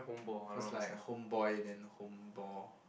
cause like home boy then home ball